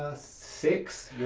ah six.